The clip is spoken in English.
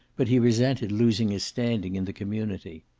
but he resented losing his standing in the community.